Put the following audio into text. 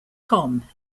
com